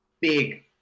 big